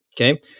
Okay